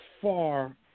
far